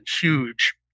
huge